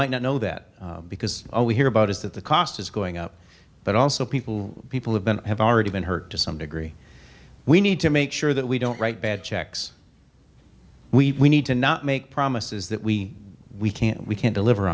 might not know that because all we hear about is that the cost is going up but also people people have been have already been hurt to some degree we need to make sure that we don't write bad checks we need to not make promises that we we can't we can't deliver